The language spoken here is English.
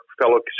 fellow